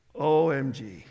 OMG